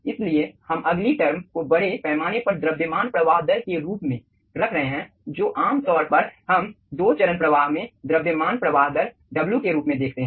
इसलिए हम अगली टर्म को बड़े पैमाने पर द्रव्यमान प्रवाह दर के रूप में रख रहे हैं जो आमतौर पर हम दो चरण प्रवाह में द्रव्यमान प्रवाह दर W के रूप में लिखते हैं